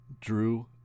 Drew